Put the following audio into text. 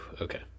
Okay